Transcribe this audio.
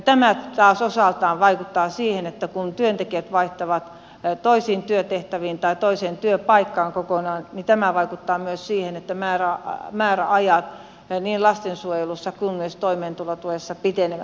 tämä taas osaltaan vaikuttaa siihen että kun työntekijät vaihtavat toisiin työtehtäviin tai kokonaan toiseen työpaikkaan kokonaan tämä vaikuttaa myös siihen että määrä niin määräajat niin lastensuojelussa kuin myös toimeentulotuessa pitenevät